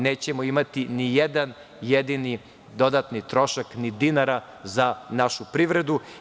Nećemo imati ni jedan jedini dodatni trošak ni dinara za našu privredu.